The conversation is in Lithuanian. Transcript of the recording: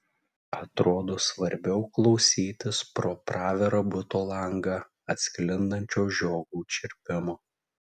atrodo svarbiau klausytis pro pravirą buto langą atsklindančio žiogų čirpimo